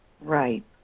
right